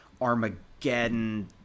Armageddon